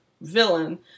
villain